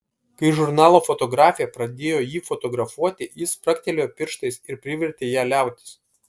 kai žurnalo fotografė pradėjo jį fotografuoti jis spragtelėjo pirštais ir privertė ją liautis